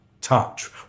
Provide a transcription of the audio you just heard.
touch